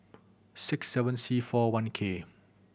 six seven C four one K